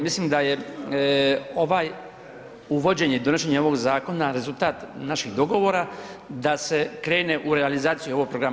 Mislim da je ovaj, uvođenje i donošenje ovog zakona rezultat naših dogovora da se krene u realizaciju ovog programa.